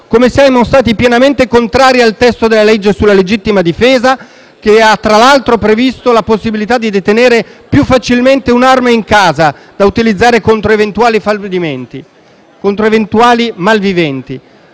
come siamo stati pienamente contrari al testo della legge sulla legittima difesa, che ha tra l'altro previsto la possibilità di detenere più facilmente un'arma in casa, da utilizzare contro eventuali malviventi.